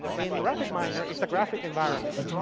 in rapidminer, it's a graphic environment,